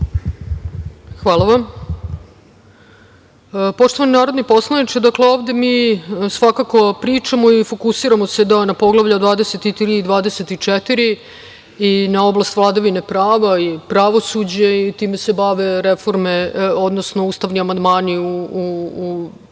Hvala. Poštovani narodni poslaniče, dakle, ovde mi svakako pričamo i fokusiramo se na Poglavlja 23 i 24 i na oblast vladavine prava i pravosuđa i time se bave ustavni amandmani u ovom